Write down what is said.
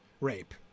rape